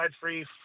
free